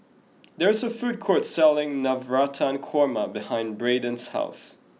there is a food court selling Navratan Korma behind Braiden's house